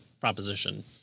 proposition